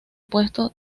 puesto